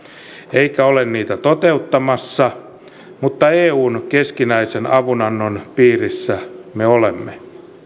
eikä ole niitä toteuttamassa mutta eun keskinäisen avunannon piirissä me olemme